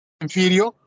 inferior